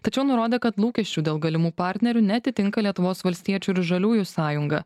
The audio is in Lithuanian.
tačiau nurodo kad lūkesčių dėl galimų partnerių neatitinka lietuvos valstiečių ir žaliųjų sąjunga